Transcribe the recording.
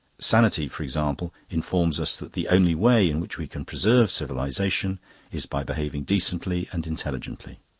sanity, for example, informs us that the only way in which we can preserve civilisation is by behaving decently and intelligently.